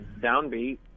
downbeat